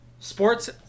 Sports